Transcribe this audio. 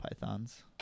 pythons